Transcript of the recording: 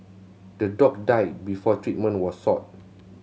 the dog died before treatment was sought